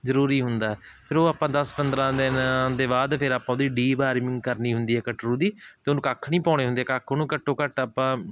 ਜ਼ਰੂਰੀ ਹੁੰਦਾ ਇਹਨੂੰ ਆਪਾਂ ਦਸ ਪੰਦਰ੍ਹਾਂ ਦਿਨ ਦੇ ਬਾਅਦ ਫਿਰ ਆਪਾਂ ਉਹਦੀ ਡੀਵਾਰਮਿੰਗ ਕਰਨੀ ਹੁੰਦੀ ਹੈ ਕਟਰੂ ਦੀ ਅਤੇ ਉਹਨੂੰ ਕੱਖ ਨਹੀਂ ਪਾਉਣੇ ਹੁੰਦੇ ਕੱਖ ਉਹਨੂੰ ਘੱਟੋ ਘੱਟ ਆਪਾਂ